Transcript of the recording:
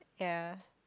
ya